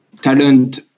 talent